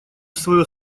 свое